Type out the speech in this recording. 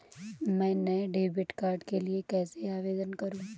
मैं नए debit card के लिए कैसे आवेदन करूं?